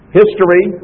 history